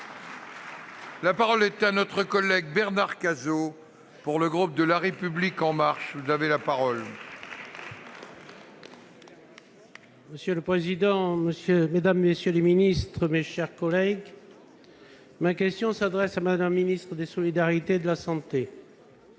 La parole est à M. Bernard Cazeau, pour le groupe La République En Marche. Monsieur le président, mesdames, messieurs les ministres, mes chers collègues, ma question s'adresse à Mme la ministre des solidarités et de la santé.